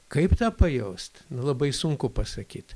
kaip tą pajaust labai sunku pasakyt